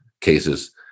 cases